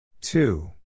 Two